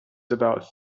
about